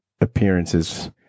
appearances